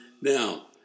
Now